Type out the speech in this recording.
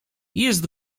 jest